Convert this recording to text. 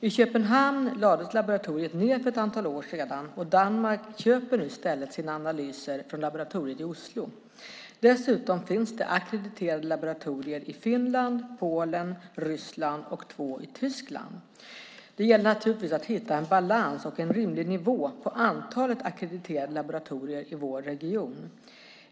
I Köpenhamn lades laboratoriet ned för ett antal år sedan och Danmark köper nu i stället sina analyser från laboratoriet i Oslo. Dessutom finns det ackrediterade laboratorier i Finland, Polen, Ryssland och två i Tyskland. Det gäller naturligtvis att hitta en balans och en rimlig nivå på antalet ackrediterade laboratorier i vår region.